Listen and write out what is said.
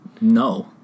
No